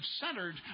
centered